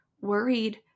worried